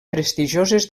prestigioses